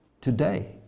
today